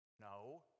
No